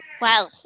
wow